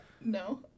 No